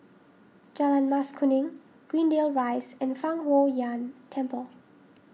Jalan Mas Kuning Greendale Rise and Fang Huo Yuan Temple